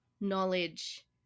knowledge